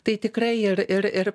tai tikrai ir ir ir